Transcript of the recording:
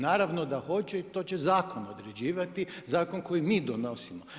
Naravno da hoće i to će zakon određivati, zakon koji mi donosimo.